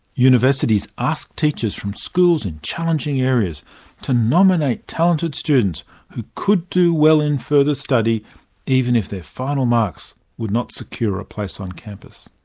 universities ask teachers from schools in challenging areas to nominate talented students who could do well in further study even if their final marks would not secure a place on campus.